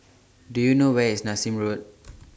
Do YOU know Where IS Nassim Road